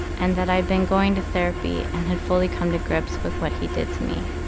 and that i'd been going to therapy and had fully come to grips with what he did to me.